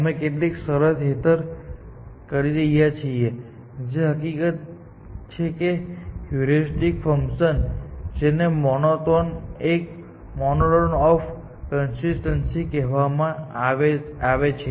અમે કેટલીક શરત હેઠળ કહી રહ્યા છીએ કે જે હકીકત છે કે હ્યુરિસ્ટિક ફંકશન જેને મોનોટોન ઓફ કોન્સ્ટીટનસી કહેવામાં આવે છે